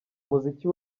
muziki